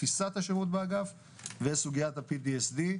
תפיסת השירות באגף וסוגיית ה-PTSD.